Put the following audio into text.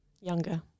Younger